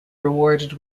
rewarded